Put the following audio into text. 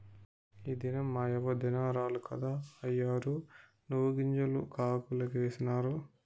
ఈ దినం మాయవ్వ దినారాలు కదా, అయ్యోరు నువ్వుగింజలు కాగులకేసినారు